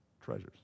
treasures